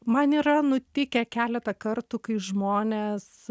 man yra nutikę keletą kartų kai žmonės